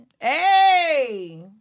Hey